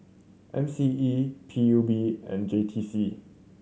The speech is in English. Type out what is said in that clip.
M C E P U B and J T C